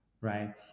Right